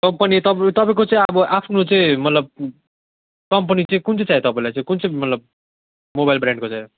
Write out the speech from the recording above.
company तपाईँ तपाईँको चाहिँ अब आफ्नो चाहिँ मतलब कम्पनी चाहिँ कुन चाहिँ चाहियो तपाईँलाई चाहिँ कुन चाहिँ मतलब मोबाइल ब्रेन्डको चाहियो